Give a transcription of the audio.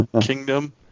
Kingdom